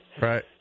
Right